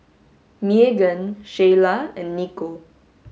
Meagan Shayla and Nico